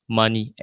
money